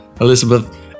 Elizabeth